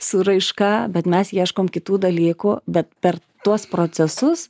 su raiška bet mes ieškom kitų dalykų bet per tuos procesus